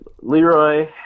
Leroy